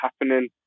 happening